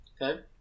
Okay